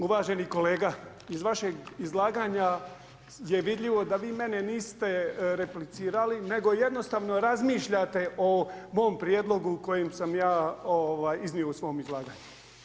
Uvaženi kolega, iz vašeg izlaganja je vidljivo da vi mene niste replicirali, nego jednostavno razmišljate o mom prijedlogu koji sam ja iznio u svom izlaganju.